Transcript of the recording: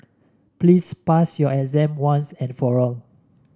please pass your exam once and for all